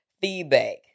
feedback